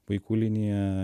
vaikų linija